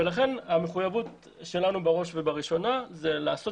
לכן המחויבות שלנו בראש ובראשונה זה לעמוד